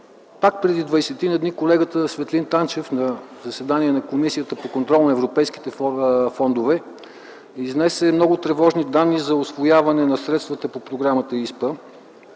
Пак преди 20-ина дни колегата Светлин Танчев на заседание на Комисията по европейските въпроси и контрол на европейските фондове изнесе много тревожни данни за усвояването на средствата по програма ИСПА.